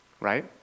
right